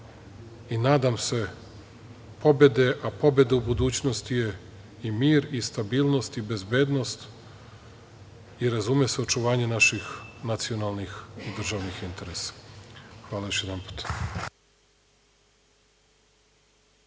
i nadam se pobede, a pobeda u budućnosti je i mir i stabilnost i bezbednost i očuvanje naših nacionalnih i državnih interesa. Hvala još jedanputa.